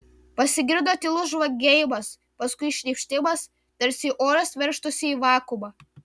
pasigirdo tylus žvangėjimas paskui šnypštimas tarsi oras veržtųsi į vakuumą